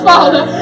Father